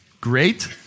Great